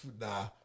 nah